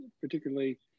particularly